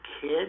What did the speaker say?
kid